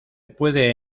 puede